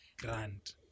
grant